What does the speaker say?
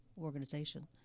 organization